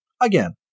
again